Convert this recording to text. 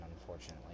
unfortunately